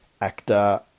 actor